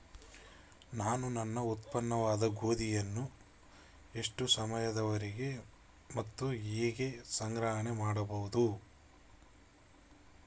ನಾನು ನನ್ನ ಉತ್ಪನ್ನವಾದ ಗೋಧಿಯನ್ನು ಎಷ್ಟು ಸಮಯದವರೆಗೆ ಮತ್ತು ಹೇಗೆ ಸಂಗ್ರಹಣೆ ಮಾಡಬಹುದು?